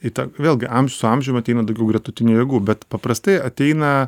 į tą vėlgi su amžium ateina daugiau gretutinių jėgų bet paprastai ateina